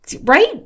Right